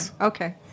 Okay